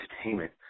entertainment